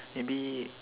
maybe